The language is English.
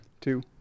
two